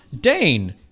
Dane